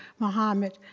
mohammed,